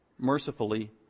mercifully